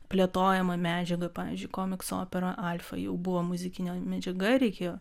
plėtojamą medžiagą pavyzdžiui komiksų opera alfa jau buvo muzikinė medžiaga reikėjo